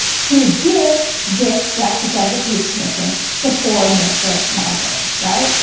to give this justice of the peace commission to poor mr. marbury, right.